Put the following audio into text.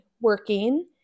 working